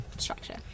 structure